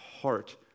heart